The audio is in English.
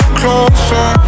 closer